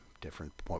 different